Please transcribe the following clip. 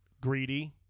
Greedy